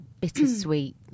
bittersweet